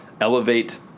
elevate